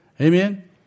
Amen